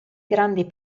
grandi